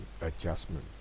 adjustment